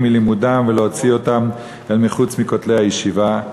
מלימודם ולהוציא אותם אל מחוץ לכותלי הישיבה.